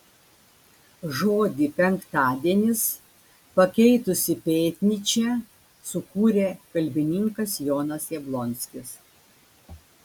žodį penktadienis pakeitusį pėtnyčią sukūrė kalbininkas jonas jablonskis